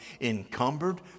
encumbered